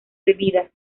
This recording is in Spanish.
bebida